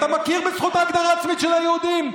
אתה מכיר בזכות ההגדרה עצמית של היהודים?